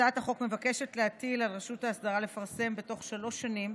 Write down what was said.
הצעת החוק מבקשת להטיל על רשות האסדרה לפרסם בתוך שלוש שנים